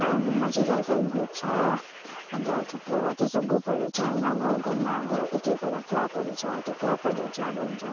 कालिम्पोङमा चाहिँ self help group छ अन्त थुप्रो त्यो सब ग्रुपहरू छ होइन गाउँ गाउँमा अब एक एकवटा क्लबहरू छ त्यो क्लबहरूले चाहिँ अब हुन्छ